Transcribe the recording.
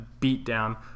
beatdown